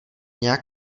nijak